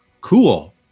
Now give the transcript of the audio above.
Cool